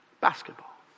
basketball